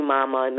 Mama